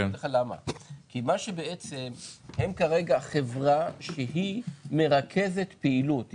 הם כרגע חברה שהיא מרכזת פעילות.